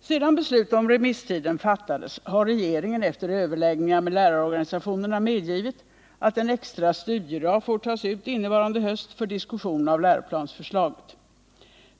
Sedan beslut om remisstiden fattades har regeringen efter överläggningar med lärarorganisationerna medgivit att en extra studiedag får tas ut innevarande höst för diskussion av läroplansförslaget.